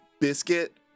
Biscuit